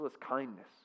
kindness